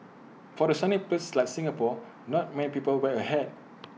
for the sunny place like Singapore not many people wear A hat